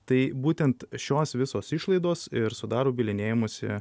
tai būtent šios visos išlaidos ir sudaro bylinėjimosi